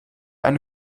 eine